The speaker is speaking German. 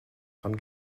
dran